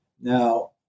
Now